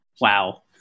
Wow